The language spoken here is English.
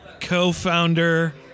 co-founder